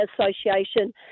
association